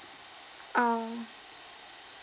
um